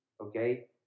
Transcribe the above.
Okay